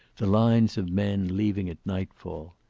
the lines of men leaving at nightfall.